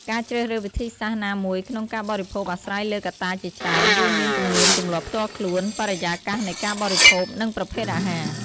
ការជ្រើសរើសវិធីសាស្ត្រណាមួយក្នុងការបរិភោគអាស្រ័យលើកត្តាជាច្រើន រួមមានទំនៀមទម្លាប់ផ្ទាល់ខ្លួន បរិយាកាសនៃការបរិភោគ និងប្រភេទអាហារ។